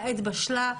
העת בשלה.